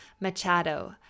Machado